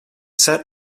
sat